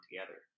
together